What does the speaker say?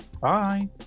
Bye